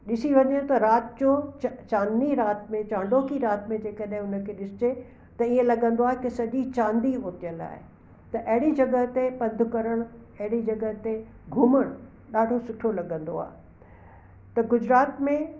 ॾिसी वञे त राति जो च चांदनी राति में चांडोकी राति में जंहिं कॾहिं हुनखे ॾिसजे त ईअं लगंदो आहे की सॼी चांदी कुटियल आहे त एड़ी जॻह ते पंधि करण एड़ी जॻह ते घुमण ॾाढो सुठो लगंदो आहे त गुजरात में